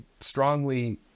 strongly